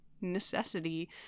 necessity